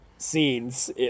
Scenes